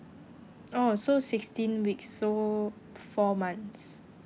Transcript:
oh so sixteen weeks so four months